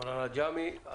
מורן עג'מי.